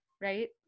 right